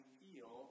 feel